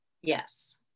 yes